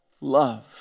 love